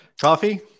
Coffee